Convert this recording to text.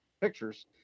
pictures